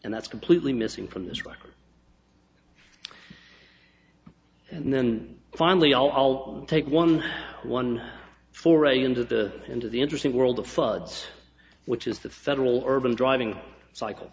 and that's completely missing from this record and then finally i'll take one one foray into the into the interesting world of floods which is the federal urban driving cycle